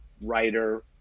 writer